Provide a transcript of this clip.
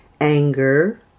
anger